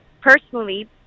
personally